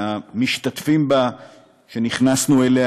מלכות בית